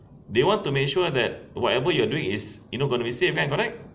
they want to make sure that whatever you are doing is you know going to be safe correct